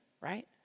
right